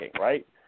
right